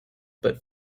but